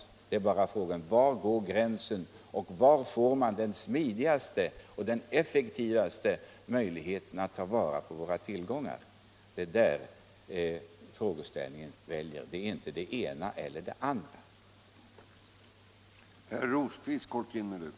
Frågan är bara: Var går gränsen och hur skapar vi den smidigaste och effektivaste möjligheten att ta vara på våra tillgångar? Det är det frågeställningen gäller — inte ett val mellan det ena eller det andra.